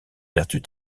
vertus